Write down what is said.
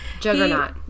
Juggernaut